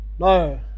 No